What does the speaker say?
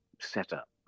setup